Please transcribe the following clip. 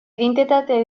identitate